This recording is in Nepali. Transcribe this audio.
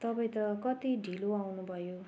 तपाईँ त कति ढिलो आउनुभयो